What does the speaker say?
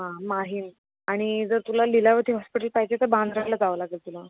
हां माहीम आणि जर तुला लीलावती हॉस्पिटल पाहिजे तर वांद्य्राला जावं लागेल तुला